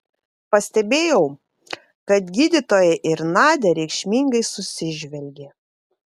pastebėjau kad gydytoja ir nadia reikšmingai susižvelgė